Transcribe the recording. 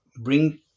bring